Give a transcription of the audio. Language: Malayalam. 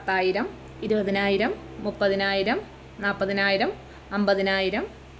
പത്തായിരം ഇരുപതിനായിരം മുപ്പതിനായിരം നാല്പതിനായിരം അമ്പതിനായിരം